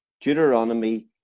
Deuteronomy